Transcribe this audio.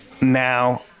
now